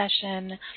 session